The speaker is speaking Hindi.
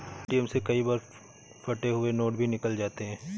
ए.टी.एम से कई बार फटे हुए नोट भी निकल जाते हैं